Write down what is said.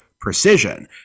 precision